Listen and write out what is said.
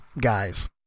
guys